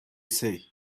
say